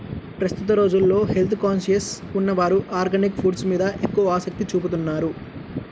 ప్రస్తుత రోజుల్లో health conscious ఉన్నవారు ఆర్గానిక్ ఫుడ్స్ మీద ఎక్కువ ఆసక్తి చూపుతున్నారు